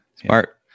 Smart